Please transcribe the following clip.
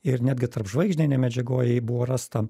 ir netgi tarpžvaigždinėj medžiagoj buvo rasta